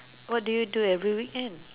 what do you do every weekends